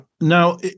Now